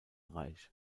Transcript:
reich